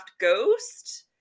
Ghost